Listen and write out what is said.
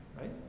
Right